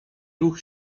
ruch